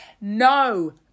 No